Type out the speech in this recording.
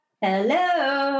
hello